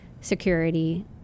security